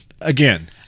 Again